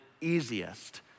easiest